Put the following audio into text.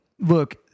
Look